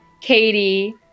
katie